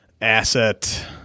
asset